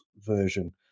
version